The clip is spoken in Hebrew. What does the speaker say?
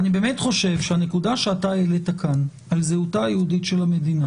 אני באמת חושב שהנקודה שהעלית כאן על זהותה היהודית של המדינה